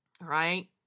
right